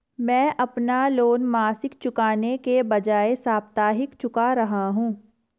मैं अपना लोन मासिक चुकाने के बजाए साप्ताहिक चुका रहा हूँ